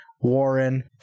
Warren